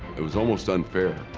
it was almost unfair.